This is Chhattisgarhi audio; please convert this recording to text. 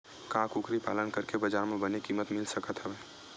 का कुकरी पालन करके बजार म बने किमत मिल सकत हवय?